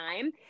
time